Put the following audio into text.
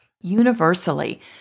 Universally